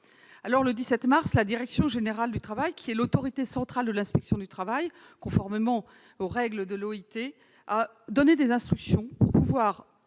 Le 17 mars, la direction générale du travail, qui est l'autorité centrale de l'inspection du travail conformément aux règles de l'OIT, a donné des instructions pour assurer